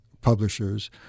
Publishers